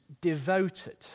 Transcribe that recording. devoted